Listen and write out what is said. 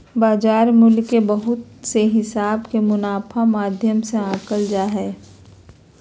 बाजार मूल्य के बहुत से हिसाब के मुनाफा माध्यम से आंकल जा हय